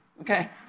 Okay